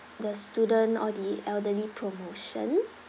the student or the elderly promotion